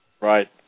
Right